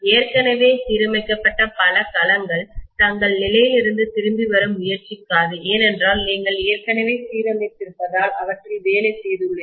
ஏற்கனவே சீரமைக்கப்பட்ட பல களங்கள் தங்கள் நிலையிலிருந்து திரும்பி வர முயற்சிக்காது ஏனென்றால் நீங்கள் ஏற்கனவே சீரமைத்திருப்பதால் அவற்றில் வேலை செய்துள்ளீர்கள்